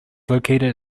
located